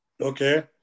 Okay